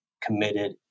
committed